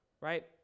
right